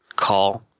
call